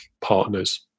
partners